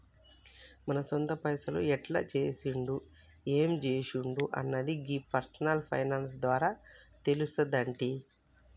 మన సొంత పైసలు ఎట్ల చేసుడు ఎం జేసుడు అన్నది గీ పర్సనల్ ఫైనాన్స్ ద్వారా తెలుస్తుందంటి